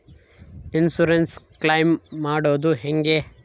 Insurance claim ಮಾಡದು ಹೆಂಗೆ?